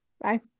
Bye